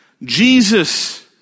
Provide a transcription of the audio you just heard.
Jesus